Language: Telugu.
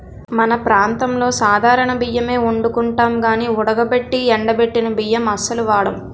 మన ప్రాంతంలో సాధారణ బియ్యమే ఒండుకుంటాం గానీ ఉడకబెట్టి ఎండబెట్టిన బియ్యం అస్సలు వాడం